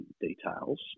details